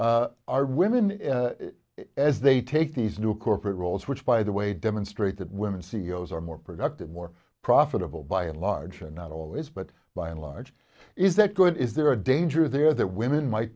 are women as they take these new corporate roles which by the way demonstrate that women c e o s are more productive more profitable by and large and not always but by and large is that good is there a danger there that women might